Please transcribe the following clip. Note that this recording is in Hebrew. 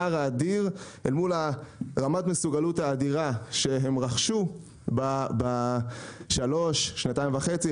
הפער האדיר אל מול רמת המסוגלות האדירה שהם רכשו בשנתיים וחצי,